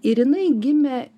ir jinai gimė